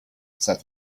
said